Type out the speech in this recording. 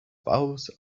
valves